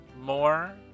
more